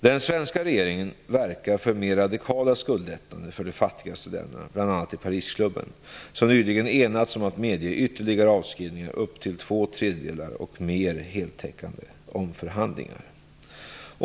Den svenska regeringen verkar för mer radikala skuldlättnader för de fattigaste länderna, bl.a. i Parisklubben, som nyligen enats om att medge ytterligare avskrivningar, upp till två tredjedelar, och mer heltäckande omförhandlingar.